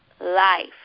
life